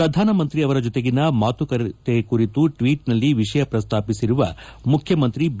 ಪ್ರಧಾನ ಮಂತಿ ಅವರ ಜೊತೆಗಿನ ಮಾತುಕತೆ ಕುರಿತು ಟ್ಲೀಟ್ನಲ್ಲಿ ವಿಷಯ ಪ್ರಸ್ತಾಪಿಸಿರುವ ಮುಖ್ಯಮಂತಿ ಬಿ